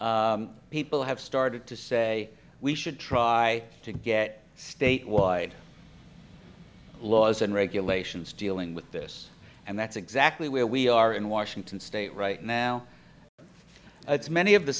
people have started to say we should try to get statewide laws and regulations dealing with this and that's exactly where we are in washington state right now it's many of the